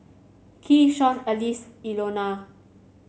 Keyshawn Alize Ilona